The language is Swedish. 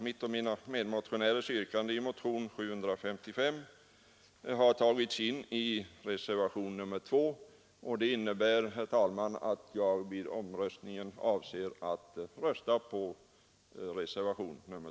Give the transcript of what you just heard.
Mitt och mina medmotionärers yrkande i motionen 755 har upptagits i reservation nr 2, och det innebär, herr talman, att jag vid omröstningen avser att rösta på den reservationen.